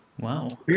Wow